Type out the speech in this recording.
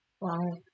wow